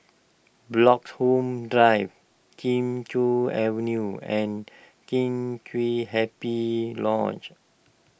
Bloxhome Drive Kee Choe Avenue and Kheng Chiu Happy Lodge